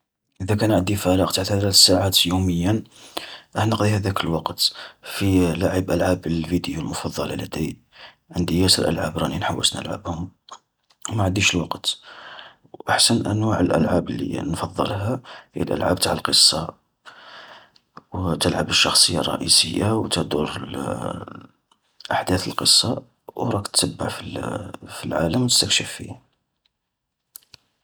إذا كان عدي فراغ تع ثلاث ساعات يومياً، راح نقضي هذاك الوقت في لعب ألعاب الفيديو المفضلة لدي. عندي ياسر ألعاب راني نحوس نلعبهم و ما عديش الوقت. و أحسن أنواع الألعاب اللي نفضلها هي الألعاب تاع القصة، وتلعب الشخصية الرئيسية وتدور أحداث القصة، وراك تبع في في العالم وتستكشف فيه.